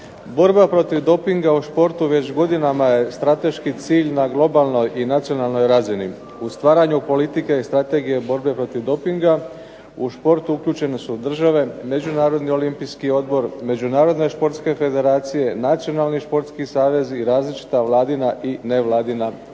Borba protiv dopinga u športu već godinama je strateški cilj na globalnoj i nacionalnoj razini. U stvaranju politike i strategije borbe protiv dopinga u športu uključene su države, Međunarodni olimpijski odbor, Međunarodne športske federacije, Nacionalni športski savezi i različita vladina i nevladina